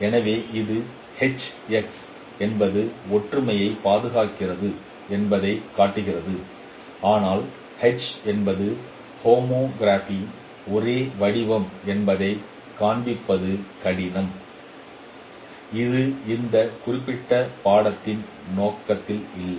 எனவே இது Hx எவ்வாறு ஒற்றுமையை பாதுகாக்கிறது என்பதைக் காட்டுகிறது ஆனால் H என்பது ஹோமோகிராஃபியின் ஒரே வடிவம் என்பதைக் காண்பிப்பது கடினம் இது இந்த குறிப்பிட்ட பாடத்தின் நோக்கத்தில் இல்லை